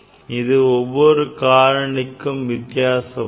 இது ஒவ்வொரு காரணிக்கும் வித்தியாசப்படும்